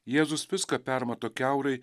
jėzus viską permato kiaurai